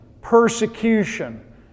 persecution